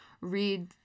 read